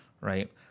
right